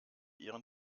ihren